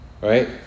right